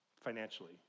financially